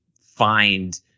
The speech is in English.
find